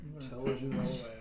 Intelligence